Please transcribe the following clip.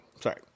Sorry